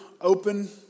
open